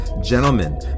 Gentlemen